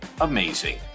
amazing